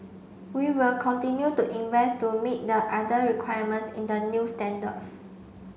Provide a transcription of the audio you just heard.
we will continue to invest to meet the other requirements in the new standards